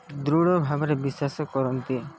ଦୃଢ଼ ଭାବରେ ବିଶ୍ୱାସ କରନ୍ତି